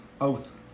oath